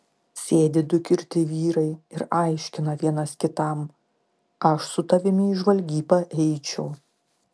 sėdi du girti vyrai ir aiškina vienas kitam aš su tavimi į žvalgybą eičiau